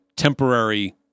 temporary